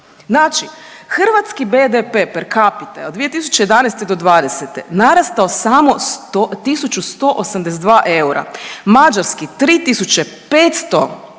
Znači hrvatski BDP per capita 2011.-2020. narastao samo 1.182 eura, mađarski 3.576 eura,